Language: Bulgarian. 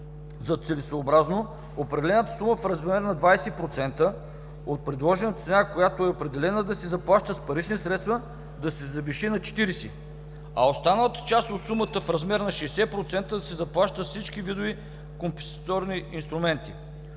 за целесъобразно определена сума в размер на 20% от предложената цена, която е определена да се заплаща с парични средства, да се завиши на 40%, а останалата част от сумата в размер на 60% да се заплаща с всички видове компенсаторни инструменти.